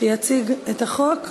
שיציג את החוק.